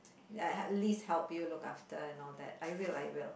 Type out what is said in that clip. I at least help you look after and all that I will I will